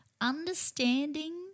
Understanding